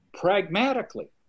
pragmatically